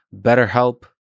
BetterHelp